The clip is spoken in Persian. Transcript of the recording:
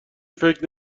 فکر